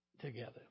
together